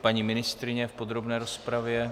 Paní ministryně v podrobné rozpravě?